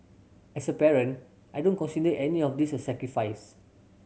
as a parent I don't consider any of this a sacrifice